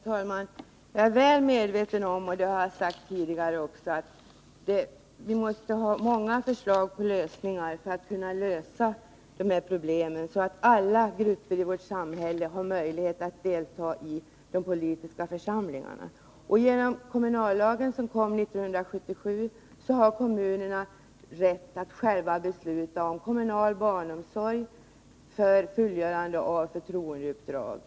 Herr talman! Jag är väl medveten om — och det har jag sagt tidigare — att vi måste ha många förslag till lösningar för att kunna lösa dessa problem så att alla grupper i vårt samhälle har möjlighet att delta i de politiska församlingarna. Genom 1977 års kommunallag har kommunerna rätt att själva besluta om kommunal barnomsorg för fullgörande av förtroendeupp drag.